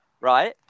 right